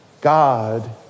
God